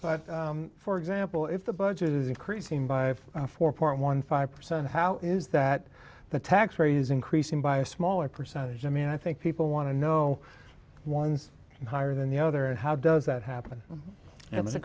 but for example if the budget is increasing by four point one five percent how is that the tax raising creasing by a smaller percentage i mean i think people want to know one's higher than the other and how does that happen it was a